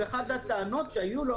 אחת הטענות שהיו לו,